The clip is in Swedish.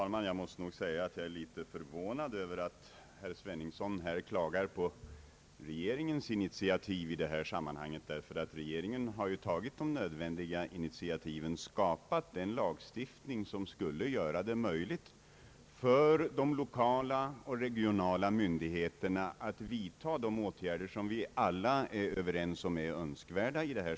Herr talman! Jag är litet förvånad över att herr Sveningsson klagar på regeringens initiativ i detta sammanhang. Regeringen har ju tagit de nödvändiga initiativen och skapat den lagstiftning som skulle göra det möjligt för de lokala och regionala myndigheterna att vidta de åtgärder som vi alla är överens om är önskvärda.